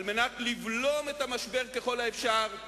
על מנת לבלום את המשבר ככל האפשר,